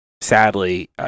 sadly